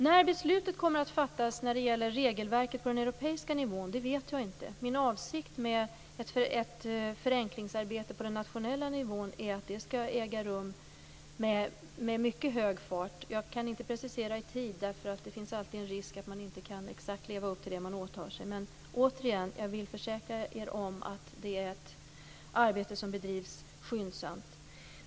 När beslutet om regelverket på den europeiska nivån kommer att fattas vet jag inte. Min avsikt med förenklingsarbetet på nationell nivå är att det skall ske med mycket hög fart. Jag vill inte precisera i tiden, då det alltid finns en risk att man inte kan leva upp till exakt det man åtar sig. Men återigen vill jag försäkra er om att arbetet bedrivs skyndsamt.